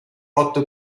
otto